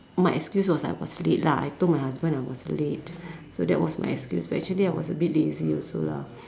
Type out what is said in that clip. my excuse was like I was late lah I told my husband I was late so that was my excuse actually I was a bit lazy also lah